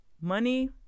money